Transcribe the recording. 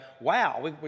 wow